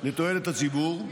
לתועלת הציבור,